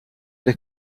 they